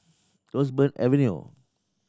Roseburn Avenue